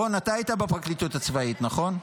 רון, אתה היית בפרקליטות הצבאית, נכון?